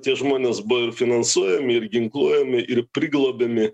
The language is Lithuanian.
tie žmonės buvo ir finansuojami ir ginkluojami ir priglobiami